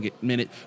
minute